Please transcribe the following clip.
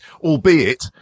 albeit